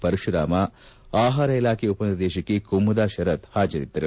ಪರಶುರಾಮ ಆಹಾರ ಇಲಾಖೆ ಉಪನಿರ್ದೇಶಕಿ ಕುಮುದ ಶರತ್ ಹಾಜರಿದ್ದರು